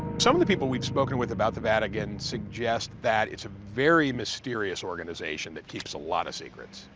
some of the people we've spoken with about the vatican suggest that it's a very mysterious organization that keeps a lot of secrets.